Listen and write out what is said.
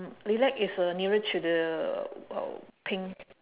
lilac is uh nearer to the uh pink